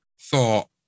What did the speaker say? thought